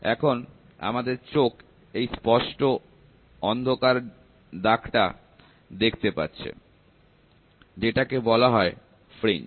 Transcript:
এখন আমাদের চোখ এই স্পষ্ট অন্ধকার দাগ দেখতে পাচ্ছে যেটাকে বলা হয় ফ্রিঞ্জ